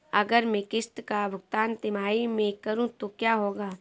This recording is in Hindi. अगर मैं किश्त का भुगतान तिमाही में करूं तो क्या होगा?